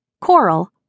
Coral